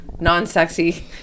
Non-sexy